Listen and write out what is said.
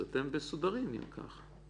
אז אתם מסודרים, אם כך.